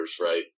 right